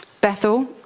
Bethel